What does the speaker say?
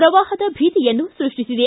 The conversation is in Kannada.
ಪ್ರವಾಹದ ಭೀತಿಯನ್ನು ಸೃಷ್ಟಿಸಿದೆ